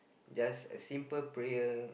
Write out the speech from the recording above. just a simple prayer